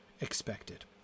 expected